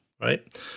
Right